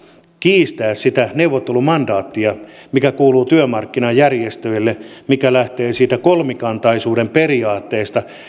kiistää sitä neuvottelumandaattia mikä kuuluu työmarkkinajärjestöille mikä lähtee siitä kolmikantaisuuden periaatteesta